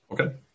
Okay